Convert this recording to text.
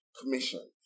commission